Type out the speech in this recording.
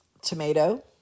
tomato